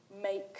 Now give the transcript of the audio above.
make